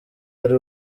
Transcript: ari